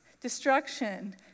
destruction